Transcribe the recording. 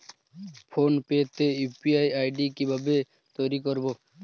Phone pay UPI ID আই.ডি কি ভাবে তৈরি করবো?